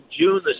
June